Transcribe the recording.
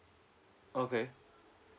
okay